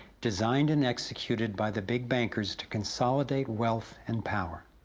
designed and executed by the big bankers, to consolidate wealth and power.